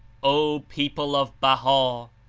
o people of baha!